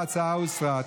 ההצעה הוסרה.